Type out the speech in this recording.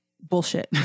bullshit